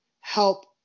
help